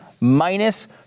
minus